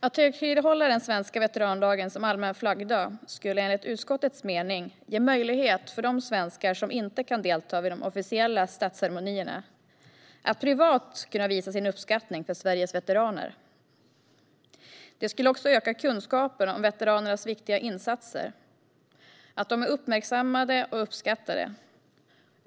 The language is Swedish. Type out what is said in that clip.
Att högtidlighålla den svenska veterandagen som allmän flaggdag skulle enligt utskottets mening ge möjlighet för de svenskar som inte kan delta vid de officiella statsceremonierna att privat visa sin uppskattning för Sveriges veteraner. Det skulle också öka kunskapen om veteranernas viktiga insatser och visa att de är uppmärksammade och uppskattade.